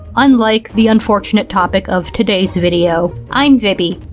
unlike the unfortunate topic of today's video. i'm vibi,